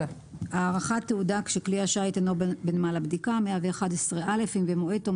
111.הארכת תעודה כשכלי השיט אינו בנמל הבדיקה אם במועד תום